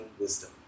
wisdom